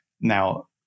now